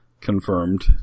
confirmed